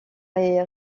est